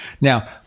Now